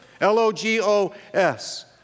L-O-G-O-S